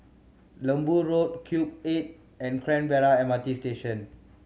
Lembu Road Cube Eight and Canberra M R T Station